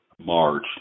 March